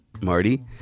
Marty